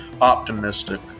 optimistic